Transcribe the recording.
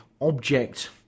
object